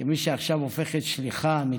כמי שעכשיו הופכת שליחה אמיתית.